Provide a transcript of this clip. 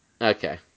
Okay